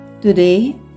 Today